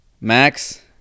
Max